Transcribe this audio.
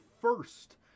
first